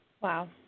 Wow